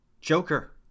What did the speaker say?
Joker